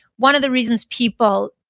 one of the reasons people,